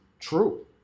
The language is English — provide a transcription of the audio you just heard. true